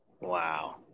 Wow